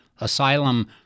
Asylum